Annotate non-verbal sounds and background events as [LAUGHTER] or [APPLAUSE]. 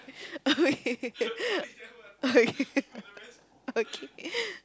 okay [LAUGHS] okay [LAUGHS] okay [LAUGHS]